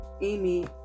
Amy